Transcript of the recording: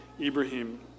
ibrahim